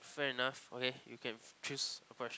fair enough okay you can choose a question